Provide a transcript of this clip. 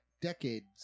decades